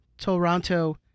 Toronto